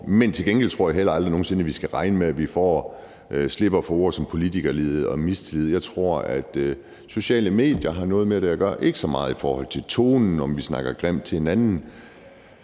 men til gengæld tror jeg heller aldrig nogen sinde, vi skal regne med, at vi slipper for ord som politikerlede og mistillid. Jeg tror, at sociale medier har noget med det at gøre – ikke så meget i forhold til tonen, altså om vi snakker grimt til hinanden,